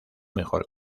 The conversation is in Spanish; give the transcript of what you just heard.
mejor